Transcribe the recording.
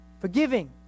Forgiving